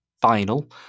final